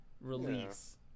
release